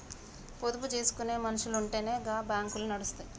పొదుపు జేసుకునే మనుసులుంటెనే గా బాంకులు నడుస్తయ్